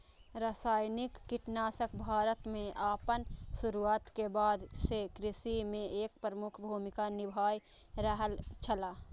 रासायनिक कीटनाशक भारत में आपन शुरुआत के बाद से कृषि में एक प्रमुख भूमिका निभाय रहल छला